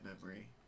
memory